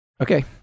Okay